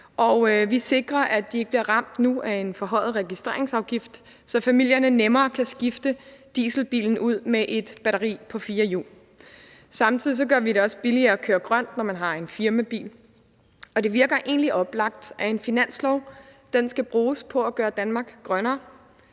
vi sikrer, at de ikke nu bliver ramt af en forhøjet registreringsafgift, så familierne nemmere kan skifte dieselbilen ud med et batteri på fire hjul. Samtidig gør vi det også billigere at køre grønt, når man har en firmabil, og det virker egentlig oplagt, at en finanslov skal bruges på at gøre Danmark grønnere.